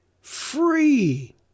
free